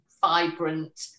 vibrant